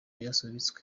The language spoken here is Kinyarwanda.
yasubitswe